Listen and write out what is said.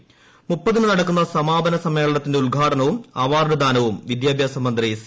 ദ്ദാന് നടക്കുന്ന സമാപന സമ്മേളനത്തിന്റെ ഉദ്ഘാടനവും അവാർഡ് ദാനവും വിദ്യാഭ്യാസമന്ത്രി സി